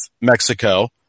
Mexico